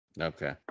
okay